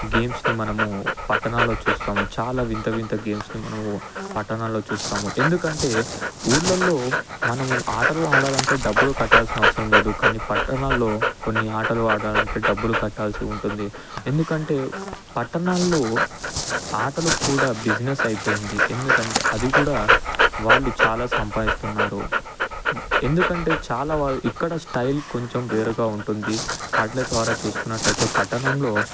గేమ్స్ని మనము పట్టణాల్లో చూస్తాం చాలా వింత వింత గేమ్స్ని మనం పట్టణాల్లో చూస్తాము ఎందుకంటే ఊళ్ళల్లో మనము ఆటలు ఆడాలంటే డబ్బులు కట్టాల్సిన అవసరం లేదు కానీ పట్టణాల్లో కొన్ని ఆటలు ఆడాలంటే డబ్బులు కట్టాల్సి ఉంటుంది ఎందుకంటే పట్టణాల్లో ఆటలు కూడా బిజినెస్ అయిపోయింది ఎందుకంటే అది కూడా వాళ్ళు చాలా సంపాదిస్తున్నారు ఎందుకంటే చాలా వాళ్ ఇక్కడ స్టైల్ కొంచెం వేరుగా ఉంటుంది ద్వారా చూసుకున్నట్లయితే పట్టణంలో